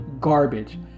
garbage